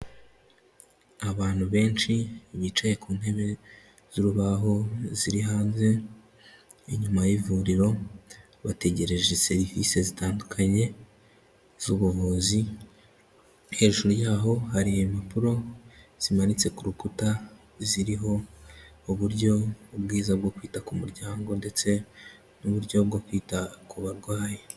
Abantu benshi bicaye ku ntebe z'urubaho ziri hanze inyuma y'ivuriro, bategereje serivise zitandukanye z'ubuvuzi, hejuru yaho hari impapuro zimanitse ku rukuta ziriho uburyo bwiza bwo kwita ku muryango ndetse n'uburyo bwo kwita ku barwayi.